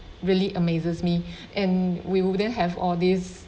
really amazes me and we wouldn't have all these